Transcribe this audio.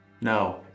No